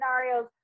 scenarios